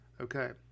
Okay